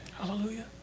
Hallelujah